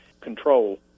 control